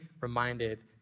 reminded